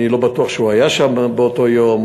אני לא בטוח שהוא היה שם באותו יום,